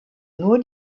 nur